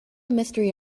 mystery